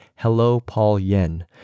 HelloPaulYen